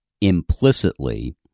implicitly